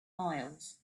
miles